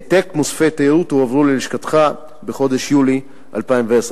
העתק מוספי תיירות הועברו ללשכתך בחודש יולי 2010,